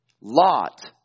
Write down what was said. Lot